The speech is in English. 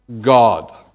God